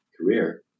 career